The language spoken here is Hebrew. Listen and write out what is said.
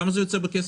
כמה זה יוצא בכסף?